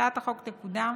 הצעת החוק תקודם